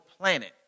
planet